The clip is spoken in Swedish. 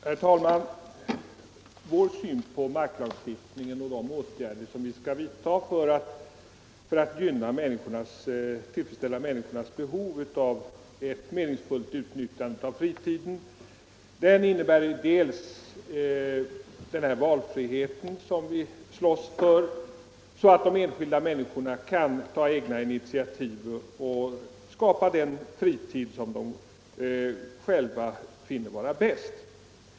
Herr talman! När det gäller marklagstiftningen och vilka åtgärder som bör vidtas för att tillfredsställa människornas behov av ett meningsfullt utnyttjande av fritiden slåss vi moderater för valfrihet. De enskilda människorna skall kunna ta egna initiativ och skapa sig den fritid som de själva finner bäst.